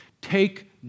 Take